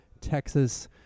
Texas